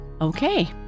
Okay